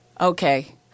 Okay